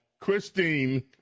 Christine